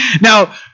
Now